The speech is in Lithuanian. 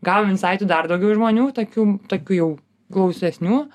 gavom insaidų dar daugiau iš žmonių tokių tokių jau gausesnių